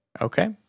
Okay